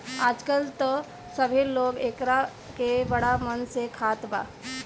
आजकल त सभे लोग एकरा के बड़ा मन से खात बा